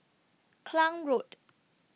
Klang Road